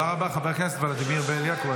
תודה רבה, חבר הכנסת ולדימיר בליאק.